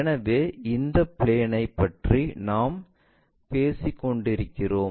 எனவே இந்த பிளேன் ஐ பற்றி தான் நாம் பேசிக் கொண்டிருக்கிறோம்